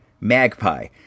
Magpie